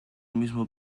mismo